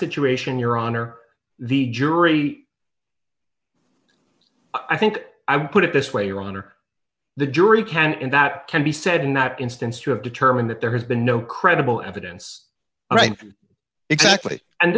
situation your honor the jury i think i would put it this way your honor the jury can't and that can be said in that instance you have determined that there has been no credible evidence right exactly and